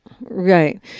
Right